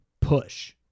push